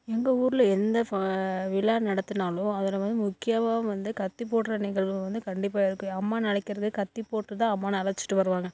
எங்கள் ஊரில் எந்த ஃப விழா நடத்துனாலும் அதில் வந்து முக்கியமாக வந்து கத்தி போடுற நிகழ்வு வந்து கண்டிப்பாக இருக்கு அம்மனை அழைக்கிறது கத்தி போட்டுதான் அம்மனை அழைச்சிட்டு வருவாங்க